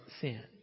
sin